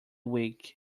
week